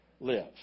live